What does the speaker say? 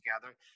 together